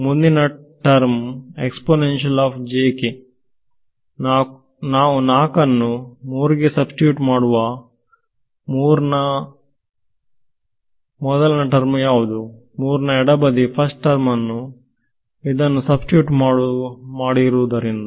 ಮುಂದಿನ ಟರ್ಮ್ ನಾವು 4 ಅನ್ನು 3 ಗೆ ಸಬ್ಸ್ಟಿಟ್ಯೂಟ್ ಮಾಡುವ 3 ನ ಮೊದಲನೇ ಟರ್ಮ್ ಯಾವುದು 3 ನ ಎಡಬದಿ ಫಸ್ಟ್ ಟರ್ಮ್ ಇದನ್ನು ಸಬ್ಸ್ಟಿಟ್ಯೂಟ್ ಮಾಡಿರುವುದರಿಂದ